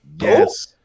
Yes